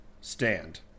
stand